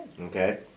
Okay